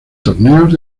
torneos